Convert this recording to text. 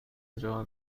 آنجا